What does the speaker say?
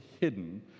hidden